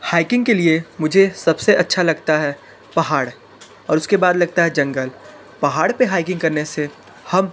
hiking के लिए मुझे सबसे अच्छा लगता है पहाड़ और उसके बाद लगता है जंगल पहाड़ पर हाइकिंग करने से हम